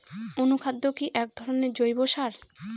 অনুখাদ্য কি এক ধরনের জৈব সার?